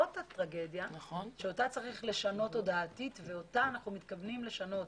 זאת הטרגדיה אותה צריך לשנות תודעתית ואותה אנחנו מתכוונים לשנות.